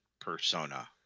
persona